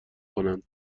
کنند